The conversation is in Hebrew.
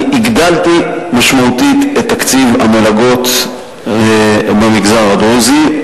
אני הגדלתי משמעותית את תקציב המלגות במגזר הדרוזי.